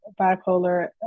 bipolar